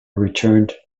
returned